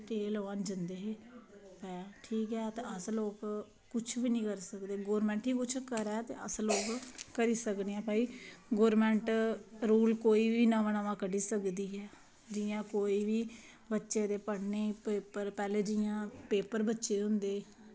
ते टीका लोआन जंदे हे ऐं ते अस लोग कुछ निं करी सकदे गौरमेंट ई कुछ करै ते अस लोग ते अस लोग करी सकने आं की भई गौरमेंट रूल कोई बी नमां नमां कड्ढी सकदी ऐ जियां कोई बी बच्चें दे पढ़ने ई पेपर जियां पेपर बच्चे दे होंदे